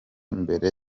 mbere